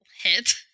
hit